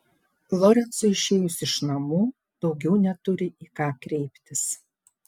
lorencui išėjus iš namų daugiau neturi į ką kreiptis